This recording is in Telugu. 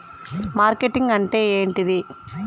మార్కెటింగ్ అంటే ఏంటిది?